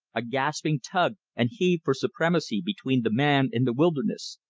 a gasping tug and heave for supremacy between the man and the wilderness.